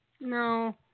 No